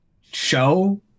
show